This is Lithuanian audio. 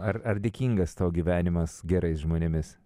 ar ar dėkingas tau gyvenimas gerais žmonėmis